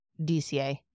DCA